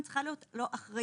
גם צריכה להיות לו אחריות.